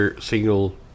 single